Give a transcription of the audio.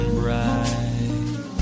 bright